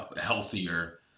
healthier